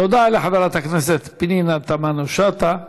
תודה לחברת הכנסת פנינו תמנו-שטה.